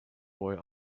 boy